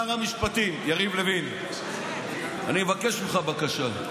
המשפטים יריב לוין, אני רוצה לבוא ולבקש ממך בקשה.